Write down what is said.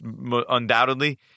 undoubtedly